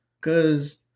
Cause